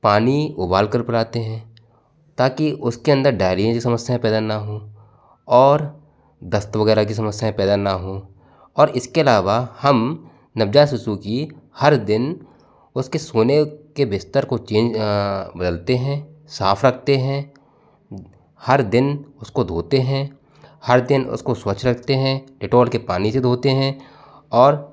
पानी उबाल कर पिलाते हैं ताकि उसके अंदर डायरिया जैसी समस्या पैदा ना हो और दस्त वगैरह की समस्याएं पैदा ना हो और इसके अलावा हम नवजात शिशु की हर दिन उसके सोने के बिस्तर को चेंज अ बदलते हैं साफ रखते हैं हर दिन उसको धोते हैं हर दिन उसको स्वच्छ रखने हैं डेटॉल के पानी से धोते हैं और